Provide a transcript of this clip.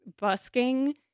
busking